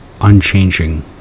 unchanging